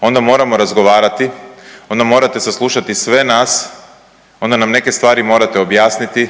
onda moramo razgovarati, onda morate saslušati sve nas, onda nam neke stvari morate objasniti,